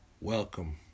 Welcome